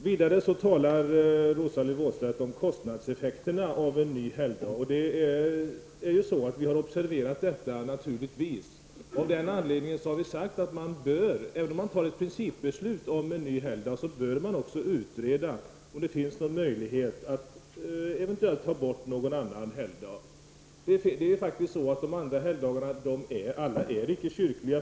Vidare talar Rosa-Lill Wåhlstedt om kostnadseffekterna beträffande en ny helgdag. Naturligtvis har vi också observerat de förhållandena. Av den anledningen har vi sagt att man, även om ett principbeslut fattas om en ny helgdag, bör utreda om det finns någon möjlighet att eventuellt ta bort någon annan helgdag. När det gäller de andra helgdagarna är faktiskt inte alla kyrkliga.